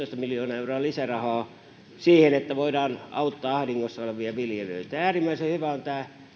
miljoonaa euroa lisärahaa siihen että voidaan auttaa ahdingossa olevia viljelijöitä äärimmäisen hyvä on tämä